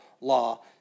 law